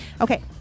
Okay